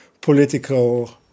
political